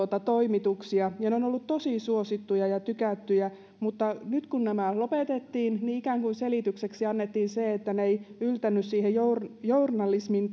toimituksia ja ne ovat olleet tosi suosittuja ja tykättyjä mutta nyt kun nämä lopetettiin niin ikään kuin selitykseksi annettiin se että nämä jutut eivät yltäneet journalismin journalismin